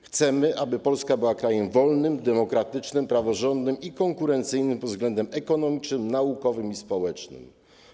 Chcemy, aby Polska była krajem wolnym, demokratycznym, praworządnym i konkurencyjnym pod względem ekonomicznym, naukowym i społecznym.